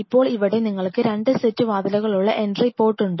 ഇപ്പോൾ ഇവിടെ നിങ്ങൾക്ക് 2 സെറ്റ് വാതിലുകളുള്ള എൻട്രി പോർട്ട് ഉണ്ട്